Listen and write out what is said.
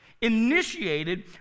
initiated